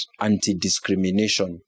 anti-discrimination